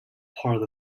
part